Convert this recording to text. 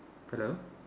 hello